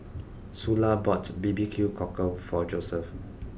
Sula bought B B Q Cockle for Joseph